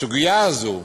הסוגיה הזו,